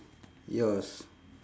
yours